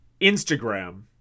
Instagram